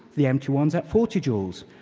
the empty ones at forty joules.